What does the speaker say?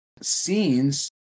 scenes